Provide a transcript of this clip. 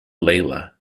layla